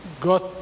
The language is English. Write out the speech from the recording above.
got